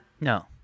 No